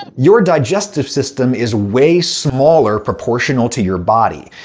ah your digestive system is way smaller, proportional to your body.